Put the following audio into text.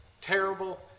terrible